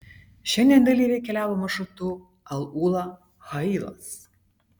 šiandien dalyviai keliavo maršrutu al ula hailas